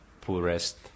poorest